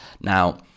Now